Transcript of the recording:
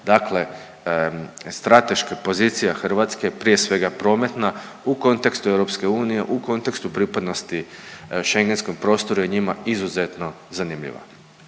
dakle strateška pozicija Hrvatske je prije svega prometna u kontekstu EU, u kontekstu pripadnosti schengentskom prostoru je njima izuzetno zanimljiva.